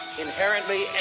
inherently